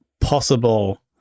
possible